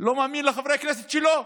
לא מאמין לחברי הכנסת שלו.